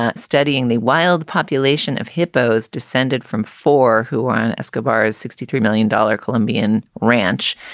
ah studying the wild population of hippos descended from four who on escobar's sixty three million dollars colombian ranch.